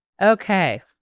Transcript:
Okay